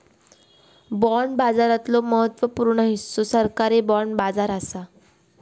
bond बाजाराचो महत्त्व पूर्ण हिस्सो सरकारी बाँड बाजार हा